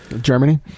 Germany